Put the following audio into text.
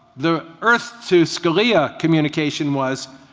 the earth-to-scalia communication was,